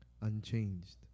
unchanged